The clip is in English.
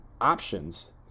options